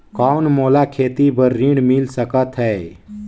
कौन मोला खेती बर ऋण मिल सकत है?